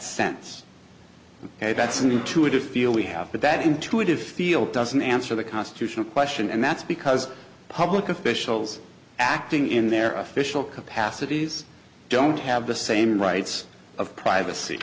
intuitive feel we have but that intuitive feel doesn't answer the constitutional question and that's because public officials acting in their official capacities don't have the same rights of privacy